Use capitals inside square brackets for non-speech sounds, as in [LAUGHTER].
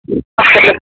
[UNINTELLIGIBLE]